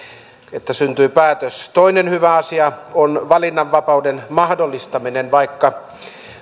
että syntyi päätös toinen hyvä asia on valinnanvapauden mahdollistaminen vaikka